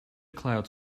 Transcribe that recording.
clouds